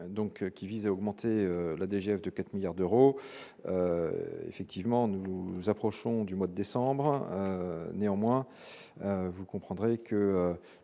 qui vise à augmenter la DGF de 4 milliards d'euros effectivement nous nous approchons du mois décembre, néanmoins, vous comprendrez que